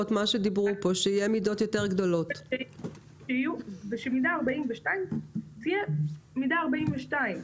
המידות, ושמידה 42 תהיה מידה 42,